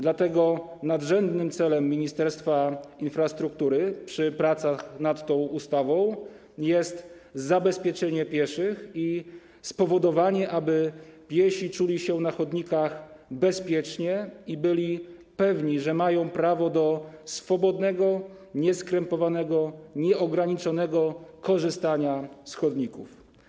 Dlatego nadrzędnym celem Ministerstwa Infrastruktury przy pracach nad tą ustawą jest zapewnienie bezpieczeństwa pieszych, spowodowanie, żeby piesi czuli się na chodnikach bezpiecznie i byli pewni, że mają prawo do swobodnego, nieskrępowanego, nieograniczonego korzystania z chodników.